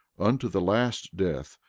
unto the last death,